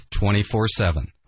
24-7